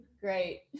great